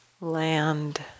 land